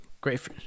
Great